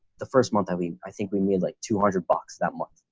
the first month that we i think we made like two hundred bucks that month.